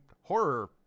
horror